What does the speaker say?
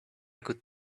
good